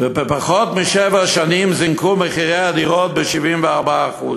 בפחות משבע שנים זינקו מחירי הדירות ב-74%.